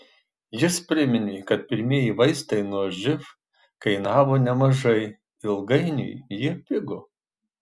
jis priminė kad pirmieji vaistai nuo živ kainavo nemažai ilgainiui jie pigo